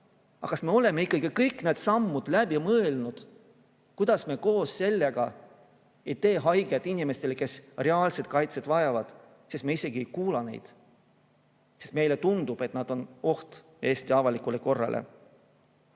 kas me oleme ikka kõik need sammud läbi mõelnud, kuidas mitte teha koos sellega haiget inimestele, kes reaalset kaitset vajavad? Me ehk isegi ei kuula neid, sest meile tundub, et nad on oht Eesti avalikule korrale.